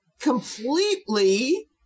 completely